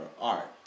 art